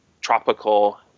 tropical